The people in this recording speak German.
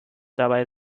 dabei